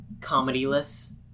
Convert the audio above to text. comedy-less